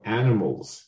animals